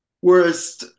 whereas